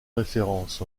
référence